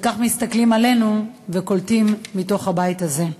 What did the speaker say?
כך מסתכלים עלינו וקולטים מתוך הבית הזה.